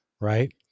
Right